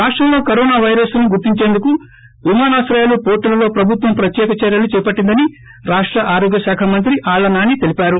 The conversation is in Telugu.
రాష్టంలో కరోనా పైరస్ ను గుర్తించేందుకు విమానాశ్రయాలు పోర్లులలో ప్రభుత్వం ప్రత్యేక చర్యలు చేపట్టిందని రాష్ట ఆరోగ్య శాఖ మంత్రి ఆళ్ల నాని తెలిపారు